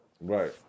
right